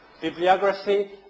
bibliography